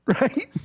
right